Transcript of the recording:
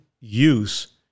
use